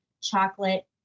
chocolate